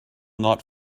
not